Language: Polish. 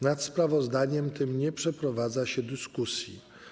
Nad sprawozdaniem tym nie przeprowadza się dyskusji.